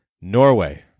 Norway